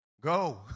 Go